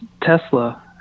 Tesla